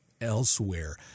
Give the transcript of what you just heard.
elsewhere